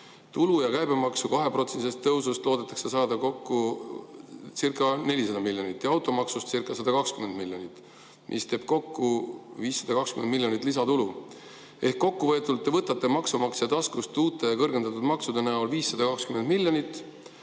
Tulu- ja käibemaksu 2%-lisest tõusust loodetakse saada kokkucirca400 miljonit ja automaksustcirca120 miljonit, mis teeb kokku 520 miljonit lisatulu. Ehk kokkuvõetult: te võtate maksumaksja taskust uute ja kõrgendatud maksude näol 520 miljonit